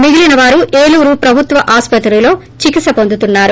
మిగిలిన వారు ఏలూరు ప్రభుత్వ ఆసుపత్రిలో చికిత్స పొందుతున్నారు